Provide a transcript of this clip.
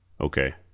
Okay